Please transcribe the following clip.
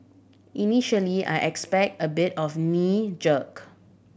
initially I expect a bit of a knee jerk